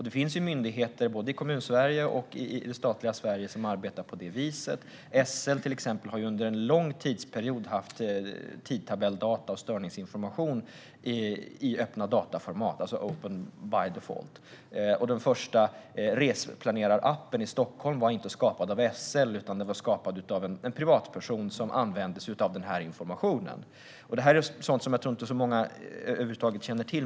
Det finns myndigheter, både i Kommunsverige och i det statliga Sverige, som arbetar på det sättet. Till exempel SL har under en lång tidsperiod haft tidtabellsdata och störningsinformation i öppna dataformat, alltså open by default. Den första reseplanerarappen i Stockholm var inte skapad av SL utan av en privatperson som använde sig av denna information. Detta är sådant som jag tror att många över huvud taget inte känner till.